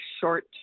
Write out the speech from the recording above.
short